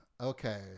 Okay